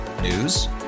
News